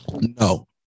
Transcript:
No